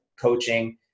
coaching